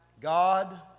God